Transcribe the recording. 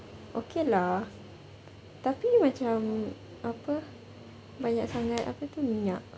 okay lah tapi macam apa banyak sangat apa tu minyak